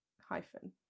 hyphen